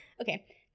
Okay